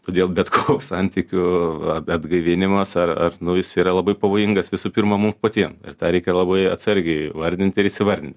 todėl bet koks santykių atgaivinimas ar nu jis yra labai pavojingas visų pirma mum patiem ir tą reikia labai atsargiai vardinti ir įsivardyt